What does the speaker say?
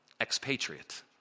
Expatriate